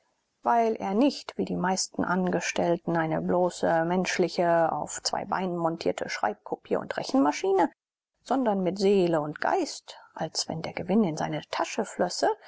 weil er nicht wie die meisten angestellten eine bloße menschliche auf zwei beinen montierte schreib kopier und rechenmaschine sondern mit seele und geist als wenn der gewinn in seine tasche flösse